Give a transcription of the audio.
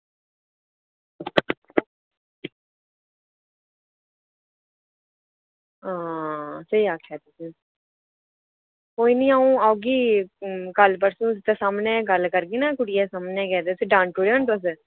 हां स्हेई आखेआ तुसें कोई निं अ'ऊं औगी कल परसों ते सामनै गल्ल करगे ना कुड़ियै दे सामनै गै ते उसी डांटी ओड़ेओ ना तुस